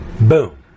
Boom